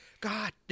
God